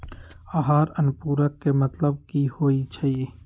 आहार अनुपूरक के मतलब की होइ छई?